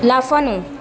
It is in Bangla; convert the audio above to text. লাফানো